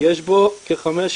יש בו כ-515